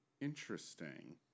Interesting